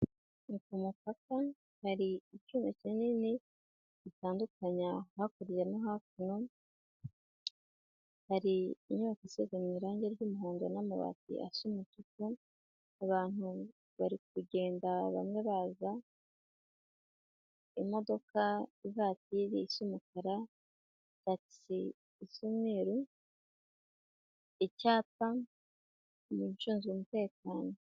Ni ku mupaka hari icyuma kinini gitandukanya hakurya no hakuno, hari inyubako isize irangi ry'umuhondo n'amabati asa umutuku, abantu bari kugenda bamwe baza, imodoka ivatiri isa umukara, tagisi isa umweru, icyapa, umuntu ushinzwe umutekano.